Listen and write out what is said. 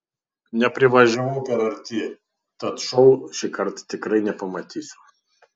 neprivažiavau per arti tad šou šįkart tikrai nepamatysiu